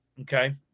Okay